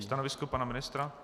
Stanovisko pana ministra?